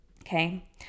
Okay